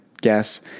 guess